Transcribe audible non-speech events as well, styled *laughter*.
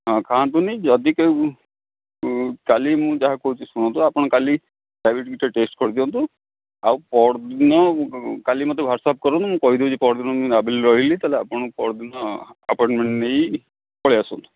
ହଁ ଖାଆନ୍ତୁନି ଯଦି *unintelligible* କାଲି ମୁଁ ଯାହା କହୁଛି ଶୁଣନ୍ତୁ ଆପଣ କାଲି ଡ଼ାଇବେଟିସ୍ଟା ଟେଷ୍ଟ କରିଦିଅନ୍ତୁ ଆଉ ପହରଦିନ କାଲି ମୋତେ ୱାଟସଅପ୍ କରନ୍ତୁ ମୁଁ କହିଦେଉଛି ପହରଦିନ ମୁଁ ଆଭେଲେବଲ୍ ରହିଲି ତାହେଲେ ଆପଣଙ୍କୁ ପହରଦିନ ଆପୋଏଣ୍ଟମେଣ୍ଟ ନେଇ ପଳେଇଆସନ୍ତୁ